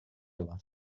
var